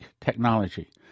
technology